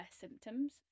symptoms